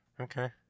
Okay